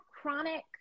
chronic